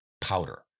powder